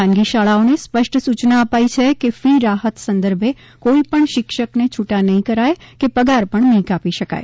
ખાનગી શાળાઓને સ્પષ્ટ સૂયના અપાઇ છે કે ફી રાહત સંદર્ભે કોઇપણ શિક્ષકને છૂટા નહી કરી શકાય કે પગાર પણ નહી કાપી શકાય